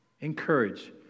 Encourage